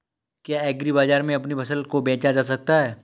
क्या एग्रीबाजार में अपनी फसल को बेचा जा सकता है?